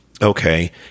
okay